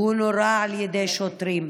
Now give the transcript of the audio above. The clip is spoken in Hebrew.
והוא נורה על ידי שוטרים,